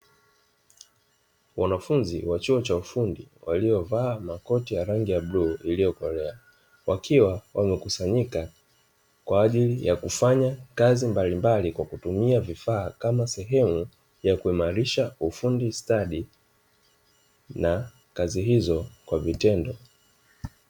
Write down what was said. Wanafunzi wa chuo cha ufundi, waliovaa makoti ya rangi ya bluu iliyokolea. Wakiwa wamekusanyika, kwa ajili ya kufanya kazi mbalimbali, kwa kutumia vifaa, kama sehemu ya kuimarisha ufundi stadi na kazi hizo kwa vitendo.